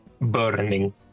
burning